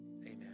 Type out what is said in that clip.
Amen